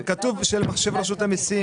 אבל כתוב בשל מחשב רשות המיסים.